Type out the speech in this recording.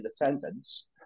attendance